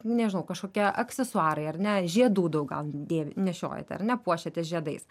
nežinau kažkokie aksesuarai ar ne žiedų daug gal dėvi nešiojat ar ne puošiatės žiedais